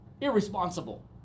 irresponsible